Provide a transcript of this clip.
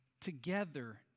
together